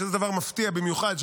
שזה דבר מפתיע במיוחד,